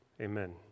Amen